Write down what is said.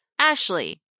Ashley